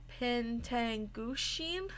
Pentangushin